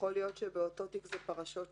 להיות שבאותו תיק חקירה זה פרשות שונות?